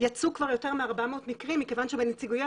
יצאו כבר יותר מ-400 מקרים מכיוון שבנציגויות